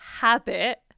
habit